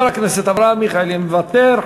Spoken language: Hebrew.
חבר הכנסת אברהם מיכאלי, מוותר.